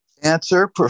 answer